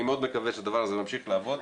אני מאוד מקווה שהדבר הזה ממשיך לעבוד.